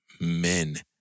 men